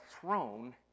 throne